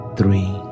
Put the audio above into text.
three